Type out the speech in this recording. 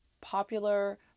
popular